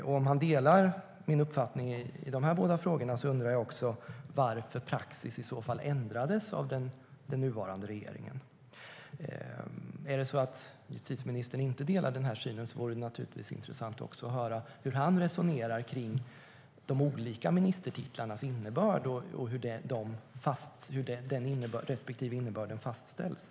Om han delar min uppfattning i de här båda frågorna undrar jag också varför praxis i så fall ändrades av den nuvarande regeringen. Är det så att justitieministern inte delar den här synen vore det naturligtvis intressant att höra hur han resonerar kring de olika ministertitlarnas innebörd och hur respektive innebörd fastställs.